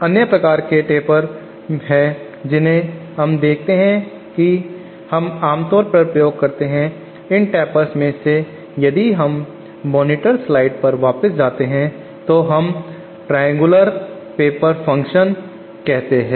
अन्य प्रकार के टेपर हैं जिन्हें हम देखते हैं कि हम आम तौर पर प्रयोग करते हैं इन टेपर में से यदि हम मॉनिटर स्लाइड पर वापस जाते हैं तो हम ट्रायंगूलर पेपर फंक्शन कहते हैं